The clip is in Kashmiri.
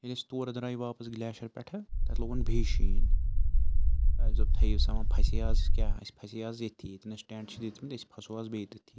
ییٚلہِ أسۍ تورٕ درٛاے واپس گٕلیشِیَر پٮ۪ٹھٕ تَتہِ لوگُن بیٚیہِ شیٖن اَسہِ دوٚپ تھٔیِو سا وۄنۍ پھَسے اَز کیٛاہ أسۍ پھَسے اَز ییٚتھی ییٚتٮ۪ن اَسہِ ٹٮ۪نٛٹ چھِ دِتمٕتۍ أسۍ پھَسو اَز بیٚیہِ تٔتھی